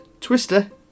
Twister